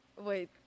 Wait